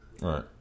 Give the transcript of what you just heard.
right